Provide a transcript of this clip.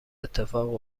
اتفاق